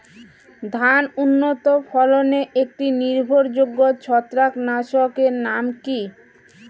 ধান উন্নত ফলনে একটি নির্ভরযোগ্য ছত্রাকনাশক এর নাম কি?